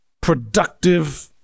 productive